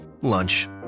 lunch